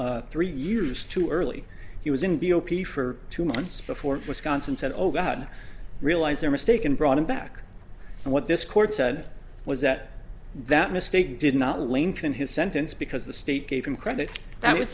mm three years too early he was in b o p for two months before wisconsin said o'dowd realized their mistake and brought him back and what this court said was that that mistake did not lincoln his sentence because the state gave him credit that